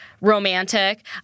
Romantic